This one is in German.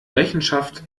rechenschaft